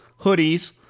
Hoodies